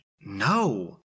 No